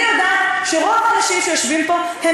אני יודעת שרוב האנשים שיושבים פה הם